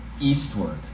eastward